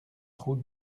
route